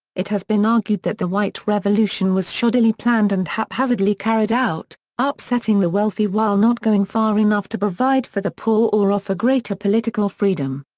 it has been argued that the white revolution was shoddily planned and haphazardly carried out, upsetting the wealthy while not going far enough to provide for the poor or offer greater political freedom.